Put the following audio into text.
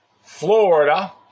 Florida